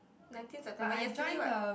nineteen September yesterday what